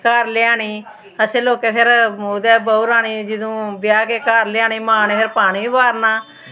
घर लेआनी असें लोकें फिर ओह्दे बहू रानी जदूं ब्याह् के घर लेआनी मां ने फिर पानी बी बारना